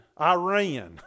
Iran